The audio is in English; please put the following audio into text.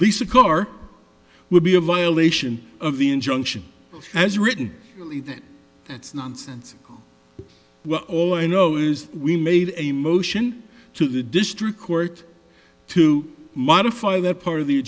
lease a car would be a violation of the injunction as written that it's nonsense well all i know is we made a motion to the district court to modify that part of the